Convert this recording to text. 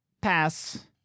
pass